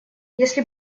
если